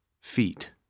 feet